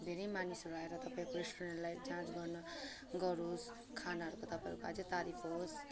धेरै मानिसहरू आएर तपाईँको रेस्टुरेन्टलाई जाँच गर्न गरोस् खानाहरूको तपाईँहरूको अझै तारिफ होस्